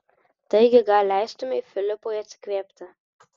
taigi gal leistumei filipui atsikvėpti